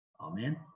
Amen